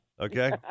Okay